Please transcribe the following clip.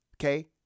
Okay